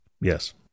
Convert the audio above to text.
Yes